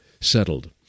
settled